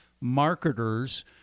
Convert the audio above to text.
marketers